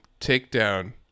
takedown